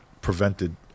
prevented